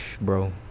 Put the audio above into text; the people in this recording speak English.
bro